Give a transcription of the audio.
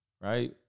right